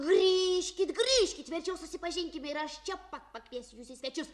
grįžkit grįžkit verčiau susipažinkime ir aš čia pat pakviesiu jus į svečius